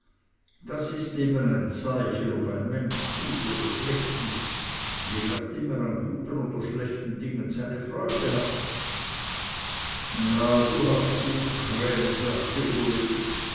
das ist eben ein zeichen ob ein mensch gut oder schlecht ist je nachdem er an guten oder schlechten dingen seine freude hat ja du hast gut krähen sagte uli